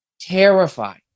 terrified